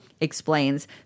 explains